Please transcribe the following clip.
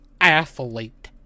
Athlete